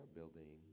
building